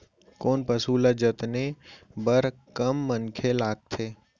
कोन पसु ल जतने बर कम मनखे लागथे?